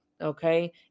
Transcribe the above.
Okay